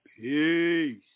peace